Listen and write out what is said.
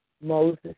Moses